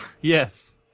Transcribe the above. Yes